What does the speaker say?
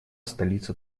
столица